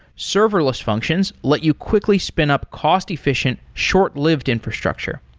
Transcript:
serverless functions let you quickly spin up cost-efficient, short-lived infrastructure.